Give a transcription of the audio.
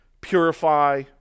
purify